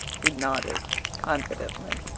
he nodded confidently.